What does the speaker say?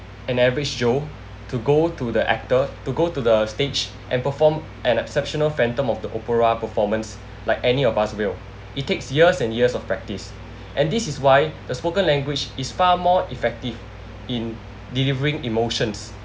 an average joe to go to the actor to go to the stage and perform an exceptional phantom of the opera performance like any of us will it takes years and years of practice and this is why the spoken language is far more effective in delivering emotions